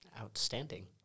Outstanding